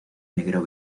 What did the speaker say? negro